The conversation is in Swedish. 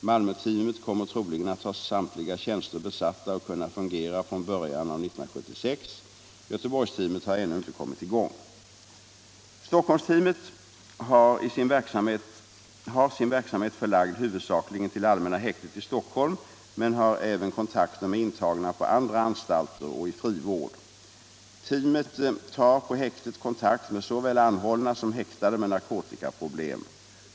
Malmöteamet kommer troligen att ha samtliga tjänster besatta och kunna fungera från början av 1976. Göteborgsteamet har ännu inte kommit i gång. Stockholmsteamet har sin verksamhet förlagd huvudsakligen till allmänna häktet i Stockholm men har även kontakter med intagna på andra anstalter och i frivård. Teamet tar på häktet kontakt med såväl anhållna som häktade med narkotikaproblem.